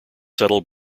settled